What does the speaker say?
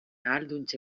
ahalduntze